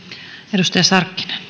arvoisa